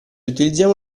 utilizziamo